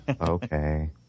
Okay